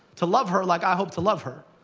to love her like i hope to love her.